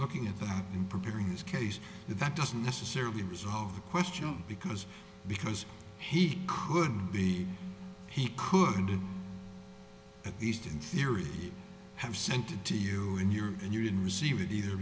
looking at them and preparing his case that doesn't necessarily resolve the question because because he could be he could at least in theory have sent to you and yours and you didn't receive it either